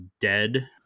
Dead